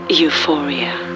euphoria